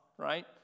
Right